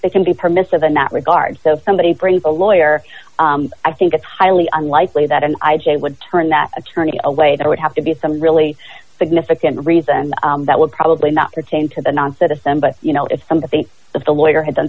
they can be permissive in that regard so if somebody brings a lawyer i think it's highly unlikely that an i j would turn that attorney away there would have to be some really significant reason that would probably not pertain to the non citizen but you know if some of the lawyer had done